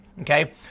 Okay